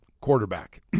quarterback